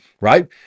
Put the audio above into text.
right